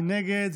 מי נגד?